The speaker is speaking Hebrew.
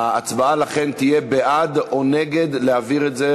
לכן ההצבעה תהיה בעד או נגד העברת ההצעה